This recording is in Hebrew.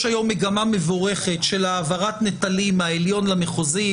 יש היום מגמה מבורכת של העברת נטלים מהעליון למחוזי,